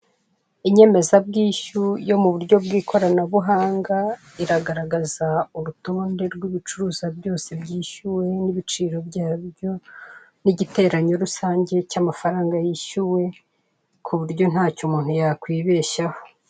Inyemeza bwishyu yo muburyo bw'ikoranabuhanga, iragaragaza urutonde rwibicuruzwa byose byishyuwe, na ibiciro byabyo, na igiteranyo rusange cya amafaranga yishyuwe, kuburyo ntacyo umuntu yakwibeshyaho.